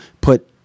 put